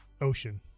ocean